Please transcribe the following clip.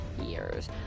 years